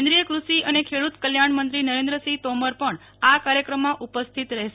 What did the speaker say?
કેન્દ્રીય કૃષિ અને ખેડુતો કલ્યાણમેંત્રી નરેન્દ્રસિંહ તોમેર પણ આ કાર્યક્રમમાં ઉપસ્થિત રહેશે